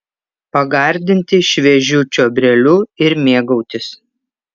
pagardinti šviežiu čiobreliu ir mėgautis